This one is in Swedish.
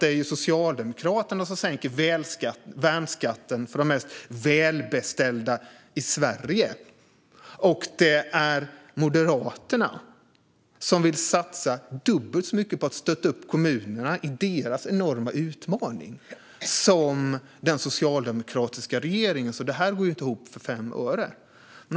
Det är ju Socialdemokraterna som sänker värnskatten för de mest välbeställda i Sverige, medan Moderaterna vill satsa dubbelt så mycket på att stötta kommunerna i deras enorma utmaning som den socialdemokratiska regeringen gett dem, så det här går ju inte ihop för fem öre.